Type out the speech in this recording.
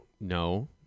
no